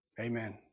amen